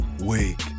wake